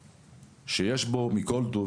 שיש בו מכל טוב,